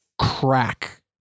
crack